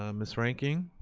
um miss reinking?